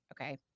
Okay